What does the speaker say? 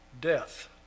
death